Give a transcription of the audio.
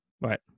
Right